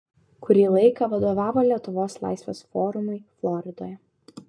kurį laiką vadovavo lietuvos laisvės forumui floridoje